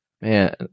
man